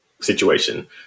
situation